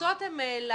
ההמלצות הם למתקדמים.